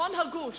ניצחון הגוש,